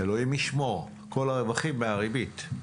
אלוהים ישמור, כל הרווחים מהריבית,